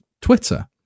twitter